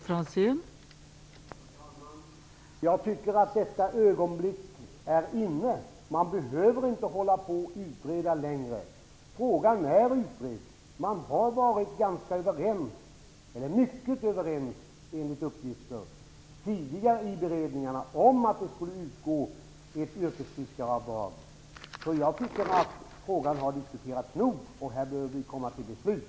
Fru talman! Jag tycker att det ögonblicket nu är inne. Man behöver inte hålla på och utreda längre. Frågan är utredd, och man har - enligt uppgifter - varit mycket överens i tidigare beredningar om att ett yrkesfiskaravdrag skall utgå. Jag tycker att frågan har diskuterats tillräckligt mycket. Nu behöver vi komma fram till beslut.